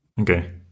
Okay